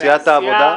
סיעה אחת,